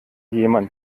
jemand